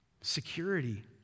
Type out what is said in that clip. Security